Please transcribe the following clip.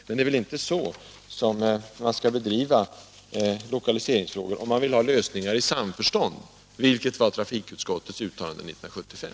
Men det är väl inte så man skall driva lokaliseringsfrågor om man IS vill få lösningar i samförstånd, vilket var trafikutskottets önskan 1975.